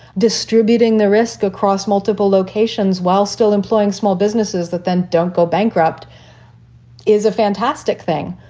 distributing the risk across multiple locations while still employing small businesses that then don't go bankrupt is a fantastic thing.